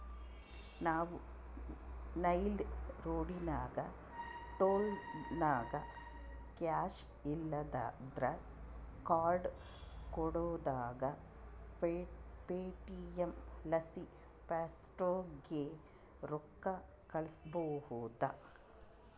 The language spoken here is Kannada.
ನಾವು ನೈಸ್ ರೋಡಿನಾಗ ಟೋಲ್ನಾಗ ಕ್ಯಾಶ್ ಇಲ್ಲಂದ್ರ ಕಾರ್ಡ್ ಕೊಡುದಂಗ ಪೇಟಿಎಂ ಲಾಸಿ ಫಾಸ್ಟಾಗ್ಗೆ ರೊಕ್ಕ ಕಳ್ಸ್ಬಹುದು